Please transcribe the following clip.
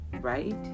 right